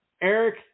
Eric